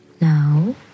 Now